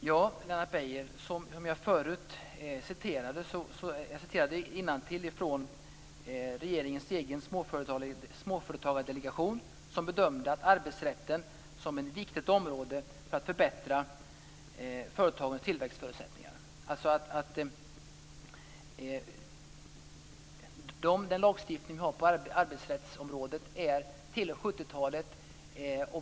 Fru talman! Jag citerade tidigare regeringens egen småföretagardelegation som bedömer arbetsrätten som ett viktigt område för att förbättra företagens tillväxtförutsättningar. Den lagstiftning som vi har på arbetsrättsområdet tillhör 70-talet.